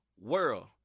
world